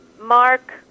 Mark